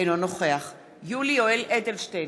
אינו נוכח יולי יואל אדלשטיין,